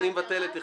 אני מבטל את (1).